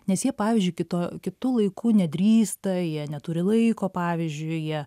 nes jie pavyzdžiui kito kitu laiku nedrįsta jie neturi laiko pavyzdžiui jie